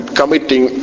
committing